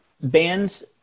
bands